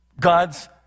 God's